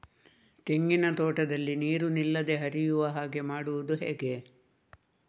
ತೆಂಗಿನ ತೋಟದಲ್ಲಿ ನೀರು ನಿಲ್ಲದೆ ಹರಿಯುವ ಹಾಗೆ ಮಾಡುವುದು ಹೇಗೆ?